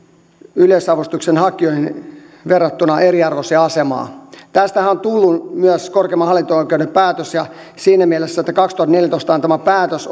yleisavustuksen hakijoihin verrattuna eriarvoiseen asemaan tästähän on tullut myös korkeimman hallinto oikeuden päätös ja siinä mielessä että kaksituhattaneljätoista annettu päätös